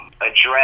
address